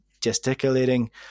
gesticulating